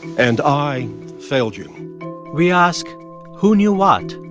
and i failed you we ask who knew what,